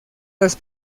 las